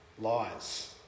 Lies